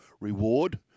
reward